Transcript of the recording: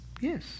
yes